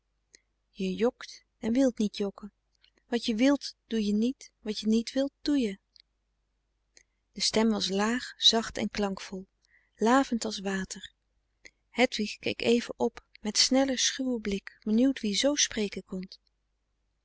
je jokt en wilt niet jokken wat je wilt doe je niet wat je niet wilt doe je frederik van eeden van de koele meren des doods de stem was laag zacht en klankvol lavend als water hedwig keek even p met snellen schuwen blik benieuwd wie z spreken kon